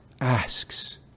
asks